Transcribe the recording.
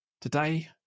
Today